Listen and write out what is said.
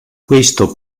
questo